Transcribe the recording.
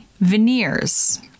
veneers